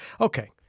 okay